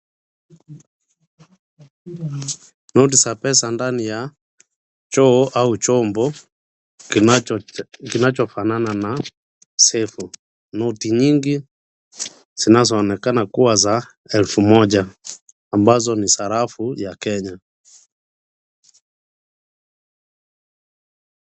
Noti za pesa ndani ya choo au chombo kinachofanana na sefu . Noti nyingi zinazoonekana kuwa za elfu moja ambazo ni sarafu ya Kenya.